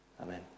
Amen